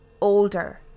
older